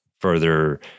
further